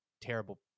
terrible